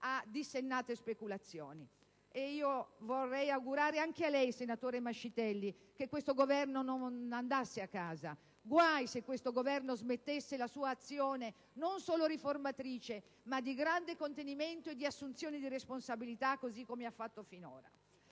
a dissennate speculazioni. Vorrei augurare anche a lei, senatore Mascitelli, che questo Governo non andasse a casa. Guai se questo Governo smettesse la sua azione, non solo riformatrice ma di grande contenimento e di assunzione di responsabilità, così come ha fatto finora!